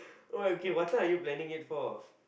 uh but okay what time are you planning it for